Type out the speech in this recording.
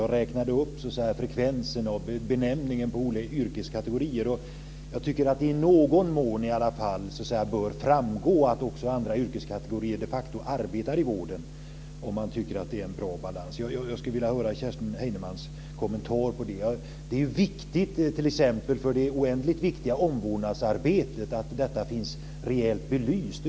Jag räknade upp frekvensen av benämningen på olika yrkeskategorier, och jag tycker att det i någon mån bör framgå att också andra yrkeskategorier de facto arbetar i vården om det ska vara en bra balans. Jag skulle vilja höra Kerstin Heinemanns kommentar till det. Det är viktigt att detta finns rejält belyst, t.ex. för det oändligt viktiga omvårdnadsarbetet.